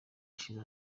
ishize